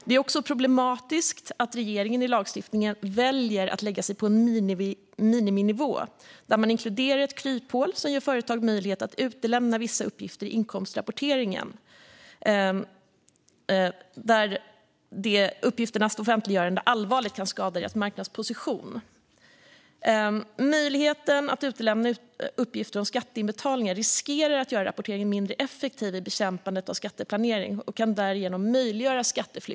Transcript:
Det är också problematiskt att regeringen i lagstiftningen väljer att lägga sig på en miniminivå, där man inkluderar ett kryphål som ger företag möjlighet att utelämna vissa uppgifter i inkomstskatterapporteringen om uppgifternas offentliggörande allvarligt kan skada deras marknadsposition. Möjligheten att utelämna uppgifter om skatteinbetalningar riskerar att göra rapporteringen mindre effektiv i bekämpandet av skatteplanering, och därigenom kan skatteflykt möjliggöras.